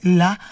la